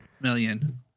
million